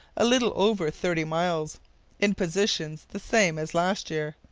a little over thirty miles in positions the same as last year,